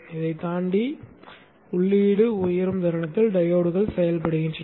இதைத் தாண்டி உள்ளீடு உயரும் தருணத்தில் டையோட்கள் செயல்படுகின்றன